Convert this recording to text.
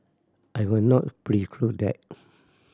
I will not preclude that